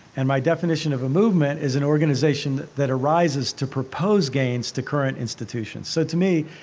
and my definition of a movement is an organization that arises to propose gains to current institutions so to me,